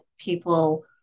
people